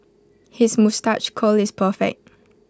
his moustache curl is perfect